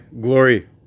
glory